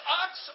ox